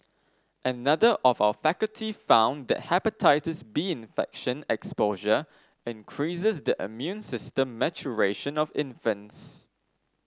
another of our faculty found that Hepatitis B infection exposure increases the immune system maturation of infants